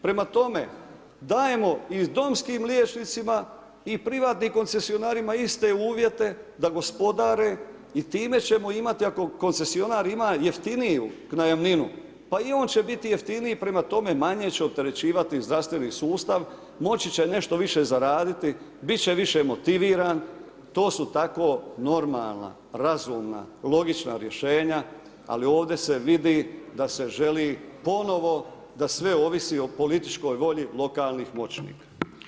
Prema tome, dajemo i domskim liječnicima i privatnim koncesionarima iste uvjete da gospodare i time ćemo imati ako koncesionar ima jeftiniju najamninu pa i on će biti jeftiniji, prema tome, manje će opterećivati zdravstveni sustav, moći će nešto više zaraditi, biti će više motiviran, to su tako normalna, razumna, logična rješenja ali ovdje se vidi da se želi ponovo da sve ovisi o političkoj volji lokalnih moćnika.